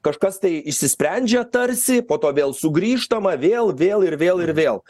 kažkas tai išsisprendžia tarsi po to vėl sugrįžtama vėl vėl ir vėl ir vėl